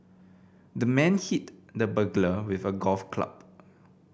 the man hit the burglar with a golf club